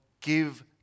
Give